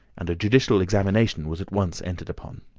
and a judicial examination was at once entered upon.